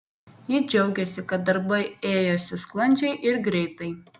ji džiaugiasi kad darbai ėjosi sklandžiai ir greitai